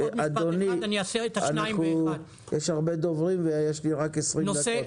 אדוני, יש הרבה דוברים ויש לי רק 20 דקות.